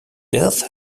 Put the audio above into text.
death